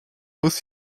muss